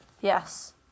Yes